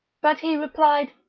but he replied,